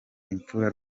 imfura